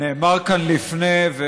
נאמר כאן לפני כן,